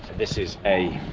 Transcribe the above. this is a